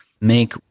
make